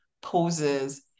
poses